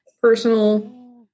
personal